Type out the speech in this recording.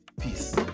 Peace